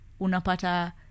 unapata